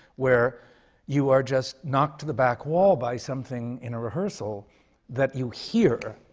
where you are just knocked to the back wall by something in a rehearsal that you hear,